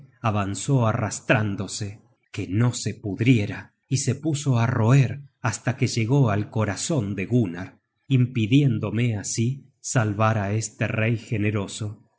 avanzó arrastrándose qué no se pudriera y se puso á roer hasta que llegó al corazon de gunnar impidiéndome así salvar a este rey generoso